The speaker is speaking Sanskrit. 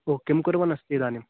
ओ किं कुर्वन् अस्ति इदानीम्